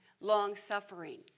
long-suffering